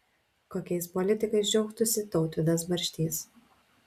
kokiais politikais džiaugtųsi tautvydas barštys